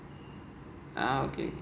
ah okay